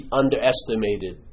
underestimated